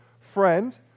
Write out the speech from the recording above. friend